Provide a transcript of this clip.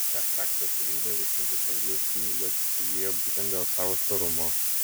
šią charakterio savybę vystantis evoliucijai jos įgijo būtent dėl savo švarumo